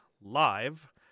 live